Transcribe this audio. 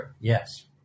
Yes